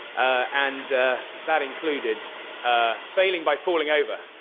and that included ah failing by falling over.